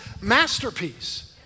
masterpiece